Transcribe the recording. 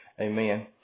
amen